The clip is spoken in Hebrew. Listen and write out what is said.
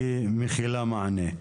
המוצעת כמכילה מענה?